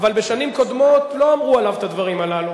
אבל בשנים קודמות לא אמרו עליו את הדברים הללו.